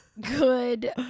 Good